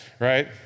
right